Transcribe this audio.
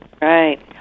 Right